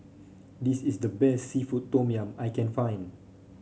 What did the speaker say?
this is the best seafood Tom Yum I can find